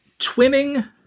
twinning